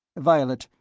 violet,